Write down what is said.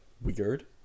weird